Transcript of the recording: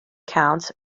accounts